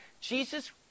Jesus